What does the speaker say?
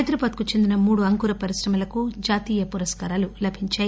హైదరాబాద్ కి చెందిన మూడు అంకురా పరిశ్రమలకు జాతీయ పురస్కారాలు లభించాయి